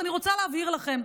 ואני רוצה להבהיר לכם.